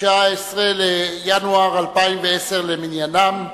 בשבט התש"ע, 19 בינואר 2010, למניינם.